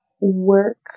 work